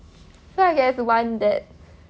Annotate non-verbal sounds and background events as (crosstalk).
so I guess one that (breath)